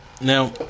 Now